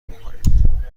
میکنیم